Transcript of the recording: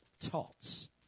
Tots